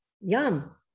yum